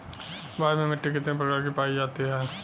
भारत में मिट्टी कितने प्रकार की पाई जाती हैं?